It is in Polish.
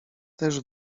też